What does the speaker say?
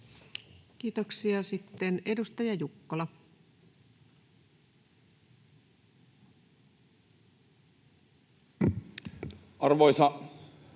Kiitoksia. — Sitten edustaja Jukkola. Arvoisa puhemies!